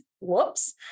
whoops